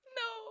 no